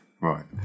right